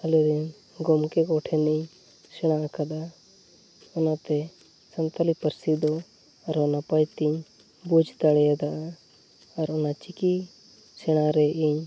ᱟᱞᱮᱨᱮᱱ ᱜᱚᱝᱠᱮ ᱠᱚᱴᱷᱮᱱᱤᱧ ᱥᱮᱬᱟᱣᱟᱠᱟᱫᱟ ᱚᱱᱟᱛᱮ ᱥᱟᱱᱛᱟᱞᱤ ᱯᱟᱹᱨᱥᱤᱫᱚ ᱟᱨᱚ ᱱᱟᱯᱟᱭᱛᱮᱧ ᱵᱩᱡᱽ ᱫᱟᱲᱮᱭᱟᱫᱟ ᱟᱨ ᱚᱱᱟ ᱪᱤᱠᱤ ᱥᱮᱬᱟᱨᱮ ᱤᱧ